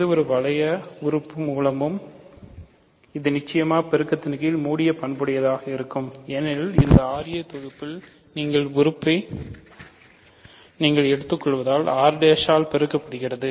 எந்தவொரு வளைய உறுப்பு மூலமும் இது நிச்சயமாக பெருக்கத்தின் கீழ் மூடிய பண்பு உடையதாக இருக்கும் ஏனெனில் இந்த ra தொகுப்பின் ஒரு உறுப்பை நீங்கள் எடுத்துக்கொள்வதால் r' ஆல் பெருக்கப்படுகிறது